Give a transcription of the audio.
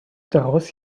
daraus